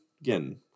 again